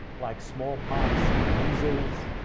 like smallpox, measles,